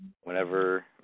whenever